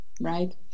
right